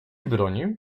bronił